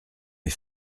mes